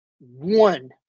one